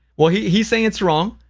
well, he's he's saying it's wrong,